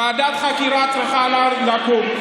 ועדת חקירה צריכה לקום,